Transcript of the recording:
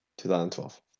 2012